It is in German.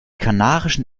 kanarischen